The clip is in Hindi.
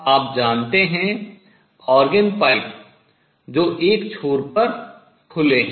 आप जानते हैं ऑर्गन पाइप जो एक छोर पर खुले हैं